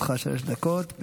לרשותך שלוש דקות.